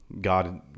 God